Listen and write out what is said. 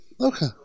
Okay